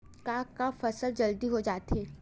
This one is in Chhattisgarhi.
का का के फसल जल्दी हो जाथे?